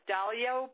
Dalio